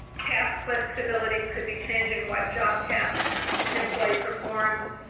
task flexibility could be changing what job tasks and employee performs,